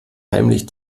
heimlich